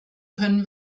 können